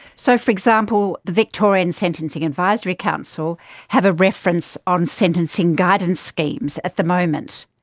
so, for example, the victorian sentencing advisory council have a reference on sentencing guidance schemes at the moment.